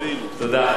תודה.